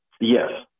Yes